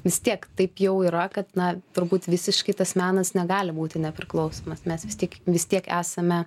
vis tiek taip jau yra kad na turbūt visiškai tas menas negali būti nepriklausomas mes vis tik vis tiek esame